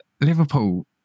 Liverpool